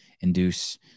induce